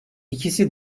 ikisi